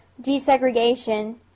desegregation